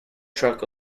truck